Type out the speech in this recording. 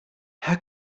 how